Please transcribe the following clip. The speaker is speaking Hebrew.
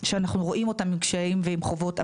שאנחנו רואים אותם עם קשיים ועם חובות,